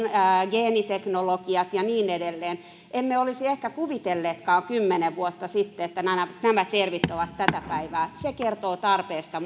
geeniteknologia ja niin edelleen emme olisi ehkä kuvitelleetkaan kymmenen vuotta sitten että nämä termit ovat tätä päivää se kertoo tarpeesta